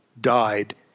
died